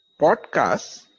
podcasts